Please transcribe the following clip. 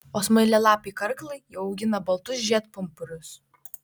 o smailialapiai karklai jau augina baltus žiedpumpurius